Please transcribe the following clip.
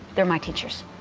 they're my teachers.